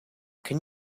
can